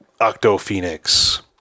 Octo-Phoenix